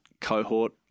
cohort